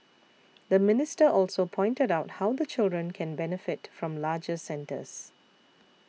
the minister also pointed out how the children can benefit from larger centres